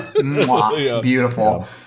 Beautiful